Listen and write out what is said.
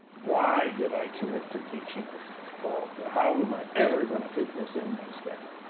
why did i commit to teaching this fall? how am i ever going to fit this in my schedule?